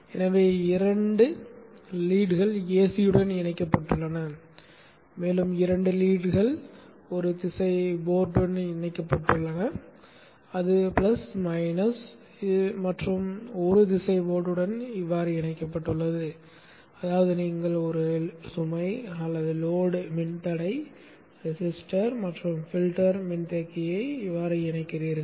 எனவே 2 லீட்கள் ஏசியுடன் இணைக்கப்பட்டுள்ளன மேலும் 2 லீட்கள் ஒரு திசை போர்ட்டுடன் இணைக்கப்பட்டுள்ளன அது பிளஸ் மைனஸ் மற்றும் ஒரு திசை போர்ட்டுடன் இணைக்கப்பட்டுள்ளது அதாவது நீங்கள் ஒரு சுமை மின்தடை மற்றும் பில்டர் மின்தேக்கியை இணைக்கிறீர்கள்